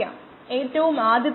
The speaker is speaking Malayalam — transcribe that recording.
അത് ആദ്യ ഓർഡർ എക്സ്പ്രഷനാണ്